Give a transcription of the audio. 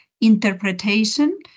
interpretation